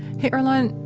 hey, earlonne,